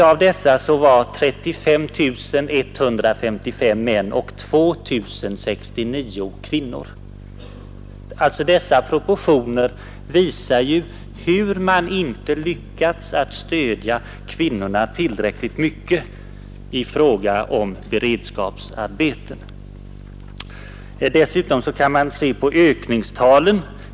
Av dessa var 35 155 män och bara 2 069 kvinnor. Dessa proportioner visar att man inte tillräckligt lyckats stödja kvinnorna med beredskapsarbeten. Knappt 6 procent gick till kvinnor, 94 procent till män. Man kan också se på ökningstalen.